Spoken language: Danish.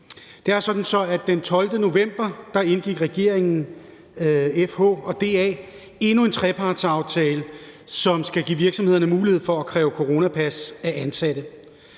Det er sådan, at den 12. november indgik regeringen, FH og DA endnu en trepartsaftale, som skal give virksomhederne mulighed for at kræve coronapas af ansatte.